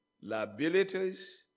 liabilities